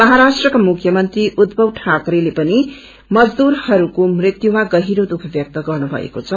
महाराष्ट्रका मुख्यमंत्री उद्धव ठाकरेते पनि मजदूरहरूको मृत्युमा गहिरो दुःख व्यक्त गर्नुभएको छ